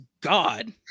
God